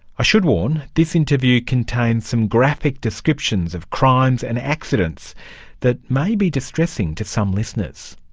i should warn this interview contains some graphic descriptions of crimes and accidents that may be distressing to some listeners.